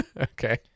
Okay